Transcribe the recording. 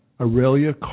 Aurelia